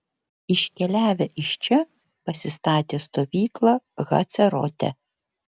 iškeliavę iš čia pasistatė stovyklą hacerote